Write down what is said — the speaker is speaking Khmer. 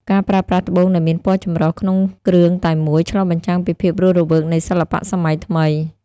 ការប្រើប្រាស់ត្បូងដែលមានពណ៌ចម្រុះក្នុងគ្រឿងតែមួយ ឆ្លុះបញ្ចាំងពីភាពរស់រវើកនៃសិល្បៈសម័យថ្មី។